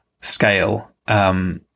scale